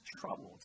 troubled